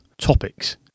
topics